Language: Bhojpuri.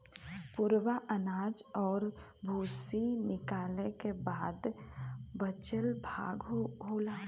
पुवरा अनाज और भूसी निकालय क बाद बचल भाग होला